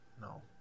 no